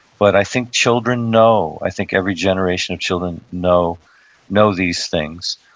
but i think children know. i think every generation of children know know these things,